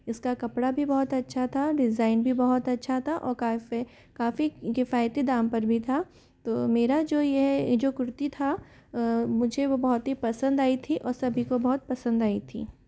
इसका कपड़ा भी बहुत अच्छा था डिज़ाइन भी बहुत अच्छा था और काफ़े काफ़ी किफ़ायती दाम पर भी था तो मेरा जो यह जो कुर्ती था मुझे वो बहुत ही पसंद आई थी और सभी को बहुत पसंद आई थी